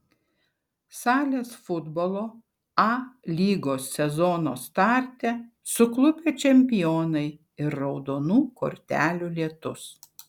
salės futbolo a lygos sezono starte suklupę čempionai ir raudonų kortelių lietus